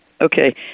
Okay